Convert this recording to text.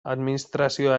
administrazioa